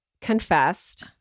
confessed